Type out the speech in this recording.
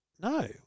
No